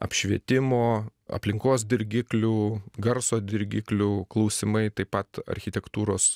apšvietimo aplinkos dirgiklių garso dirgiklių klausimai taip pat architektūros